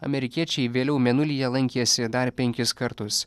amerikiečiai vėliau mėnulyje lankėsi dar penkis kartus